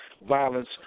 violence